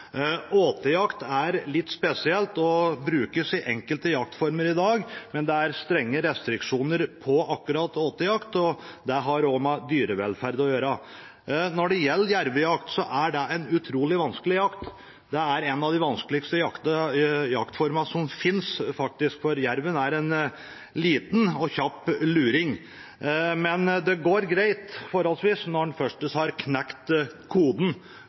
Åtejakt er litt spesielt og brukes i enkelte jaktformer i dag, men det er strenge restriksjoner akkurat på åtejakt. Det har også med dyrevelferd å gjøre. Når det gjelder jervejakt, er det utrolig vanskelig. Det er faktisk en av de vanskeligste jaktformene som finnes, for jerven er en liten og kjapp luring, men det går forholdsvis greit når en først har knekt koden